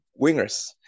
wingers